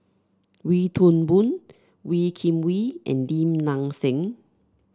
Wee Toon Boon Wee Kim Wee and Lim Nang Seng